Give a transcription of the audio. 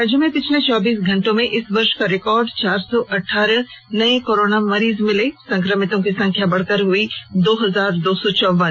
राज्य में पिछले चौबीस घंटे में इस वर्ष का रिकॉर्ड चार सौ अठारह नए कोरोना मरीज मिले संक्रमितों की संख्या बढ़ कर हुई दो हजार दो सौ चौवन